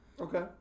Okay